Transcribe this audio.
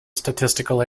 statistical